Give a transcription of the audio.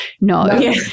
no